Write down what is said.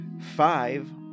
five